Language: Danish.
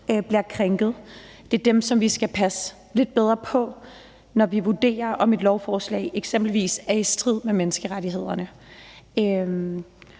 bliver krænket. Det er dem, som vi skal passe lidt bedre på, når vi vurderer, om et lovforslag eksempelvis er i strid med menneskerettighederne.